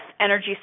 energy